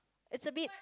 it's a bit